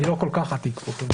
אני לא כל-כך עתיק פה.